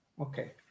Okay